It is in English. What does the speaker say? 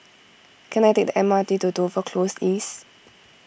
can I take the M R T to Dover Close East